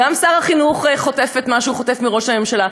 גם שר החינוך חוטף את מה שהוא חוטף מראש הממשלה,